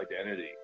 identity